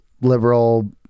liberal